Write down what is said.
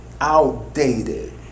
outdated